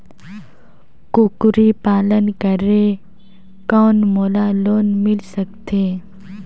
कूकरी पालन करे कौन मोला लोन मिल सकथे?